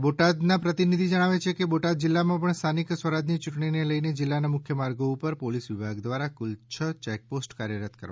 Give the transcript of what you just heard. અમારા બોટાદના પ્રતિનિધિ જણાવે છે કે બોટાદ જીલ્લામાં પણ સ્થાનિક સ્વરાજની યુંટણીને લઈ જીલ્લાના મુખ્ય માર્ગો ઉપર પોલીસ વિભાગ દ્વારા કુલ ક ચેકપોસ્ટ કાર્યરત કરવામાં આવી છે